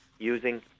Using